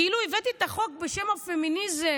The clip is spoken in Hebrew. כאילו הבאתי את החוק בשם הפמיניזם.